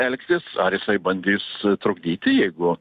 elgtis ar jisai bandys trukdyti jeigu